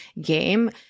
game